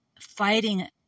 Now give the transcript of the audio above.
fighting